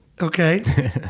okay